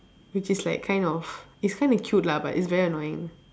which is like kind of it's kind of cute lah but it's very annoying